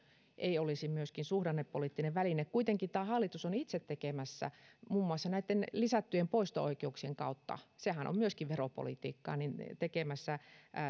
ei olisi myöskin suhdannepoliittinen väline kuitenkin tämä hallitus on itse tekemässä muun muassa näitten lisättyjen poisto oikeuksien kautta sehän on myöskin veropolitiikkaa